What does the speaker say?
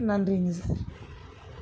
நன்றிங்க சார்